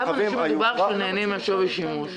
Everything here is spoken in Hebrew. כמה אנשים נהנים מן השווי שימוש